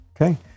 okay